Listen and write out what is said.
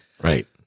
right